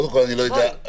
קודם כול אני לא יודע,